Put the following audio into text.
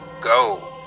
go